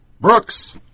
Brooks